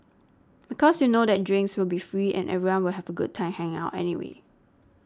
because you know that drinks will be free and everyone will have a good time hanging out anyway